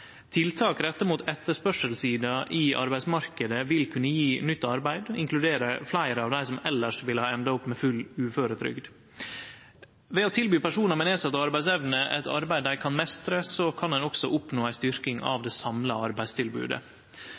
Tiltak retta mot etterspørselssida i arbeidsmarknaden vil kunne gje nytt arbeid og inkludere fleire av dei som elles ville ha enda opp med full uføretrygd. Ved å tilby personar med nedsett arbeidsevne eit arbeid dei kan meistre, kan ein også oppnå ei styrking av det samla arbeidstilbodet.